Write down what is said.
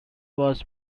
was